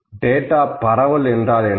data பரவல் என்றால் என்ன